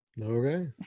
okay